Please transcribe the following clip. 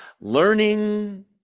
Learning